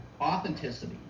authenticity